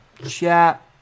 chat